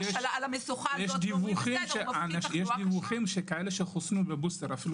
יש דיווחים של כאלה שחוסנו בבוסטר אפילו